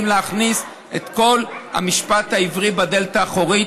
להכניס את כל המשפט העברי בדלת האחורית.